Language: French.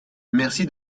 merci